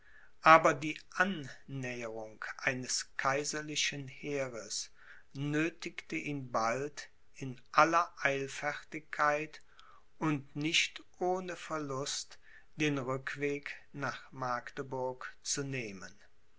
aber die annäherung eines kaiserlichen heeres nöthigte ihn bald in aller eilfertigkeit und nicht ohne verlust den rückweg nach magdeburg zu nehmen